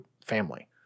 family